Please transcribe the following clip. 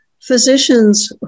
physicians